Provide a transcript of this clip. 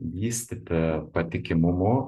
vystyti patikimumu